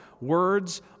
Words